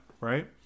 Right